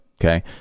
Okay